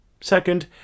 Second